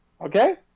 Okay